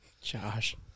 Josh